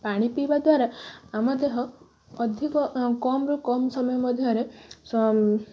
ପାଣି ପିଇବା ଦ୍ୱାରା ଆମ ଦେହ ଅଧିକ କମ୍ରୁ କମ୍ ସମୟ ମଧ୍ୟରେ